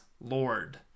Lord